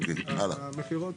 המכירות